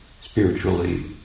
spiritually